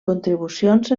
contribucions